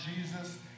Jesus